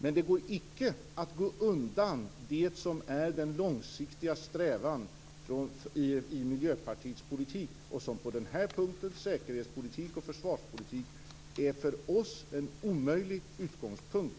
Men det går icke att gå under det som är den långsiktiga strävan i Miljöpartiets politik, och som på den här punkten, säkerhetspolitik och försvarspolitik, för oss är en omöjlig utgångspunkt.